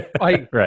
Right